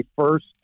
first